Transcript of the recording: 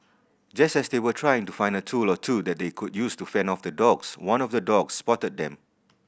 just as they were trying to find a tool or two that they could use to fend off the dogs one of the dogs spotted them